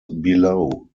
below